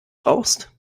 brauchst